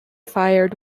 fired